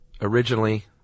originally